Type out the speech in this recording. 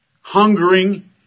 hungering